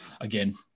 again